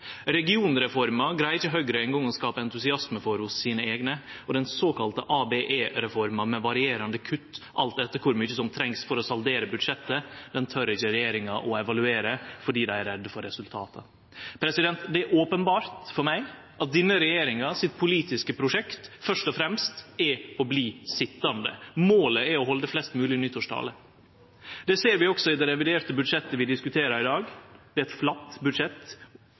Regionreforma greier ikkje Høgre eingong å skape entusiasme for hos sine eigne. Og den såkalla ABE-reforma – med varierande kutt, alt etter kor mykje som trengst for å saldere budsjettet – tør ikkje regjeringa å evaluere fordi dei er redde for resultata. Det er openbert for meg at det politiske prosjektet til denne regjeringa først og fremst er å bli sitjande. Målet er å halde flest mogleg nyttårstalar. Det ser vi også i det reviderte budsjettet vi diskuterer i dag. Det er eit flatt budsjett,